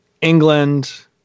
England